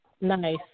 Nice